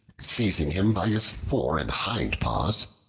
seizing him by his fore and hind paws,